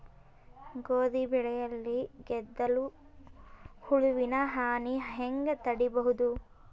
ಗೋಧಿ ಬೆಳೆಯಲ್ಲಿ ಗೆದ್ದಲು ಹುಳುವಿನ ಹಾನಿ ಹೆಂಗ ತಡೆಬಹುದು?